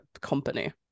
company